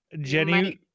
jenny